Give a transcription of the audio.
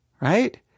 Right